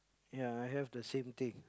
ya I have the same thing